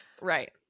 Right